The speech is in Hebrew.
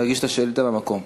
להגיש את השאילתה מהמקום.